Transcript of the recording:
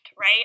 right